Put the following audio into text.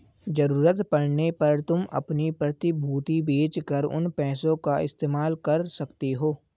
ज़रूरत पड़ने पर तुम अपनी प्रतिभूति बेच कर उन पैसों का इस्तेमाल कर सकते हो